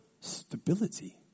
stability